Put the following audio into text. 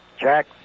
Jack